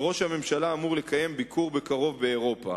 וראש הממשלה אמור לקיים ביקור בקרוב באירופה.